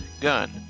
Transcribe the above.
Gun